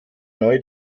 neue